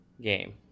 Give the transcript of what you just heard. game